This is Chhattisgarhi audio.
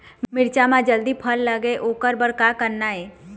मिरचा म जल्दी फल लगे ओकर बर का करना ये?